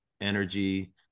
energy